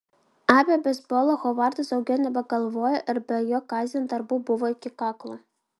apie beisbolą hovardas daugiau nebegalvojo ir be jo kasdien darbų buvo iki kaklo